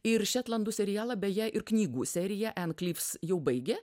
ir šetlandų serialą beje ir knygų seriją ann klyvs jau baigė